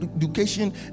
education